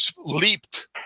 leaped